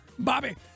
Bobby